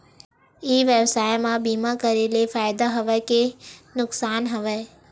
ई व्यवसाय म बीमा करे ले फ़ायदा हवय के नुकसान हवय?